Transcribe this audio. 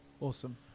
awesome